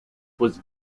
was